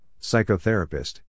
psychotherapist